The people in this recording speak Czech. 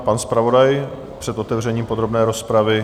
Pan zpravodaj před otevřením podrobné rozpravy?